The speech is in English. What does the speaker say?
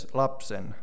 lapsen